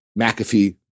McAfee